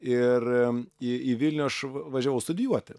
ir į į vilnių aš važiavau studijuoti